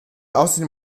außerdem